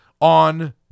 on